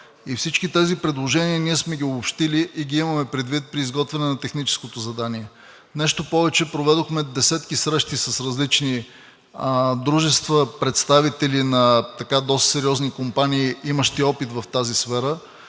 Всички тези предложения ние сме ги обобщили и ги имаме предвид при изготвянето на техническото задание. Нещо повече, проведохме десетки срещи с различни дружества, представители на доста сериозни компании, имащи опит в тази сфера.